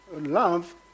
love